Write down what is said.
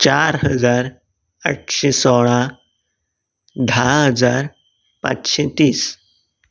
चार हजार आठशीं सोळा धा हजार पांचशें तीस